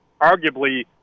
arguably